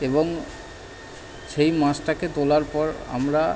এবং সেই মাছটাকে তোলার পর আমরা